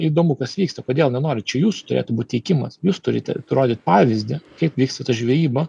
įdomu kas vyksta kodėl nenori čia jūsų turėtų būt teikimas jūs turite rodyt pavyzdį kaip vyksta ta žvejyba